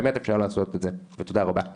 באמת אפשר לעשות את זה ותודה רבה.